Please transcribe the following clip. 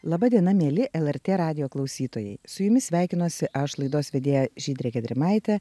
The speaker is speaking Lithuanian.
laba diena mieli lrt radijo klausytojai su jumis sveikinuosi aš laidos vedėja žydrė gedrimaitė